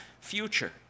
future